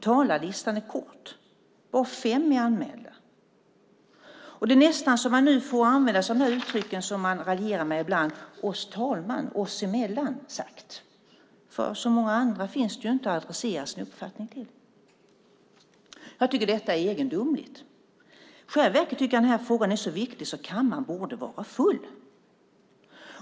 Talarlistan är kort; bara fem är anmälda. Det är nästan så att man nu får använda de där uttrycken som man raljerar med ibland: oss emellan sagt, talman. Så många andra finns det ju inte att adressera sin uppfattning till. Jag tycker att detta är egendomligt. I själva verket tycker jag att den här frågan är så viktig att kammaren borde vara full.